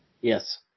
Yes